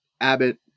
Abbott